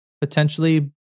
potentially